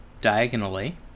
Diagonally